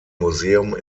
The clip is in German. museum